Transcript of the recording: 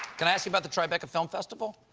can i ask you about the tribeca film festival?